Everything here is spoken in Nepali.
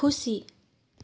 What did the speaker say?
खुसी